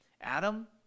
Adam